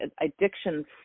addictions